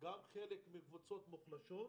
גם כחלק מקבוצות מוחלשות,